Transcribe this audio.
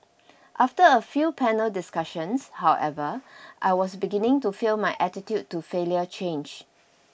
after a few panel discussions however I was beginning to feel my attitude to failure change